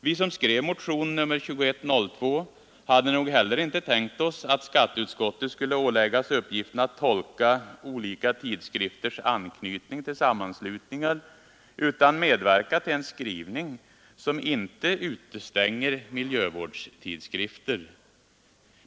Vi som skrev motionen 2102 hade nog heller inte tänkt oss att skatteutskottet skulle åläggas uppgiften att tolka olika tidskrifters anknytning till sammanslutningar utan uppgiften att medverka till en skrivning som inte utestänger miljövårdstidskrifter.